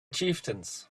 chieftains